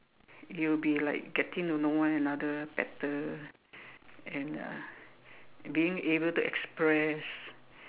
you'll be like getting to know one another better and uh being able to express